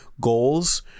goals